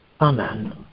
Amen